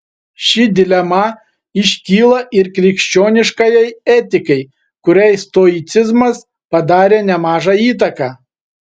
ši dilema iškyla ir krikščioniškajai etikai kuriai stoicizmas padarė nemažą įtaką